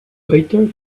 waiter